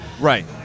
Right